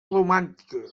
romàntica